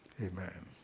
Amen